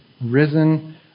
risen